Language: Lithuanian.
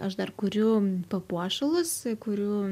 aš dar kuriu papuošalus kuriu